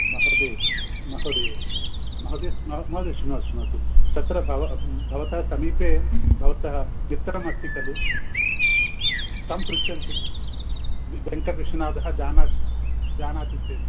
महोदय महोदय महोदय महोदय शृणोतु तत्र भवतः समीपे भवतः मित्रम् अस्ति खलु तं पृच्छन्तु वेङ्कटविश्वनाथः जानाति जानाति चेत्